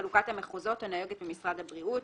חלוקת המחוזות הנוהגת במשרד הבריאות.